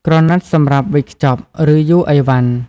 ក្រណាត់សម្រាប់វេចខ្ចប់ ឬ យួរអីវ៉ាន់ ។